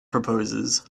proposes